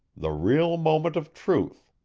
the real moment of truth